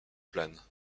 planes